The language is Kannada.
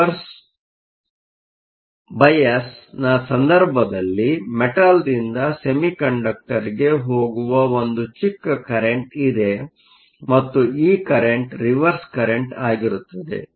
ರಿವರ್ಸ್ ಬಯಾಸ್Reverse biasನ ಸಂದರ್ಭದಲ್ಲಿ ಮೆಟಲ್ದಿಂದ ಸೆಮಿಕಂಡಕ್ಟರ್ಗೆ ಹೋಗುವ ಒಂದು ಚಿಕ್ಕ ಕರೆಂಟ್Current ಇದೆ ಮತ್ತು ಈ ಕರೆಂಟ್Current ರಿವರ್ಸ್ ಕರೆಂಟ್ ಆಗಿರುತ್ತದೆ